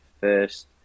first